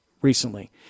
recently